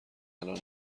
الان